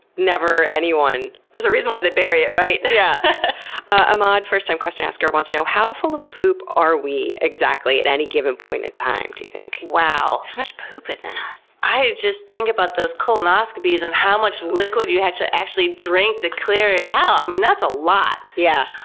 never, anyone. there's a reason why they bury it, right? yeah ahmad, first time question asker, wants to know how full of poop are we, exactly, at any given point in time, do you think? wow. how much poop is in us? i just think about those colonoscopies and how much liquid you have to actually drink to clear it out. i mean, that's a lot! yeah.